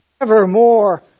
Evermore